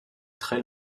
très